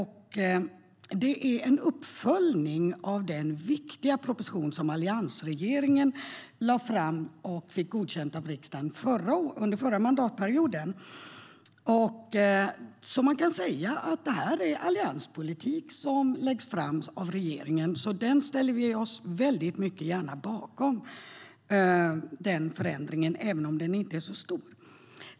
Det är en uppföljning av den viktiga proposition som alliansregeringen lade fram och som riksdagen godkände under förra mandatperioden. Man kan därför säga att detta är allianspolitik som läggs fram av regeringen. Därför ställer vi oss gärna bakom denna förändring, även om den inte är så stor.